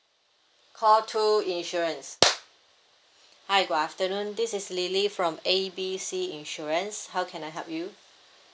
call two insurance hi good afternoon this is lily from A B C insurance how can I help you